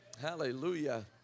Hallelujah